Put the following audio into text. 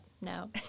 no